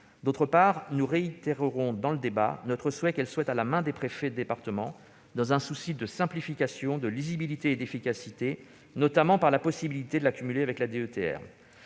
outre, nous réitérons notre souhait que cette dotation soit à la main des préfets de département, dans un souci de simplification, de lisibilité et d'efficacité, notamment par la possibilité de la cumuler avec la DETR.